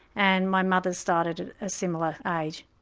and my mother started at a similar age.